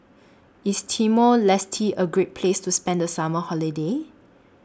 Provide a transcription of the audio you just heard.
IS Timor Leste A Great Place to spend The Summer Holiday